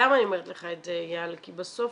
למה אני אומרת לך את זה, אייל, כי בסוף